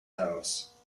house